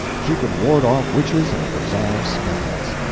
she could ward off witches and dissolve spells.